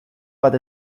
bat